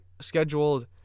scheduled